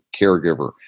caregiver